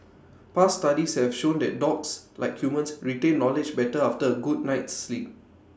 past studies have shown that dogs like humans retain knowledge better after A good night's sleep